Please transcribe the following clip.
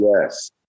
Yes